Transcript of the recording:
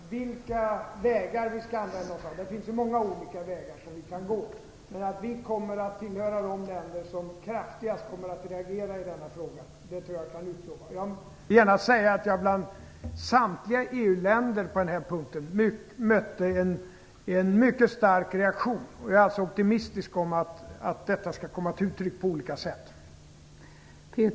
Fru talman! När det gäller vilka vägar vi skall använda - det finns många olika vägar - kommer vi att tillhöra de länder som kraftigast kommer att reagera i denna fråga. Det tror jag att jag kan utlova. Jag vill gärna säga att jag bland samtliga EU ledamöter på den här punkten mötte en mycket stark reaktion. Jag är alltså optimistisk om att detta skall komma till uttryck på olika sätt.